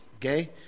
Okay